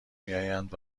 میآیند